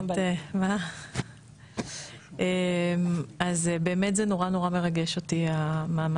המעמד הזה באמת נורא-נורא מרגש אותי.